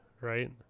right